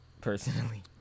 personally